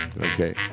okay